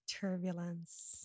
turbulence